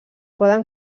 poden